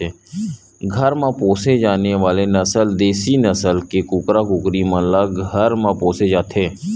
घर म पोसे जाने वाले नसल देसी नसल के कुकरा कुकरी मन ल घर म पोसे जाथे